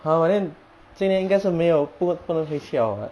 !huh! but then 今年应该是没有不不能回去了 [what]